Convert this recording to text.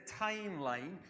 timeline